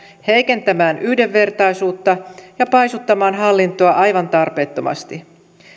heikentämään yhdenvertaisuutta ja paisuttamaan hallintoa aivan tarpeettomasti